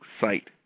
site